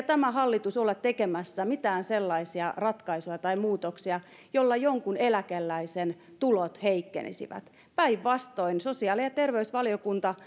tämä hallitus ole tekemässä mitään sellaisia ratkaisuja tai muutoksia joilla jonkun eläkeläisen tulot heikkenisivät päinvastoin sosiaali ja ja terveysvaliokunta